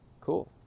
Cool